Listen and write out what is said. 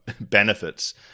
benefits